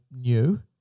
new